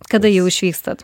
kada jau išvykstat